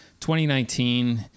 2019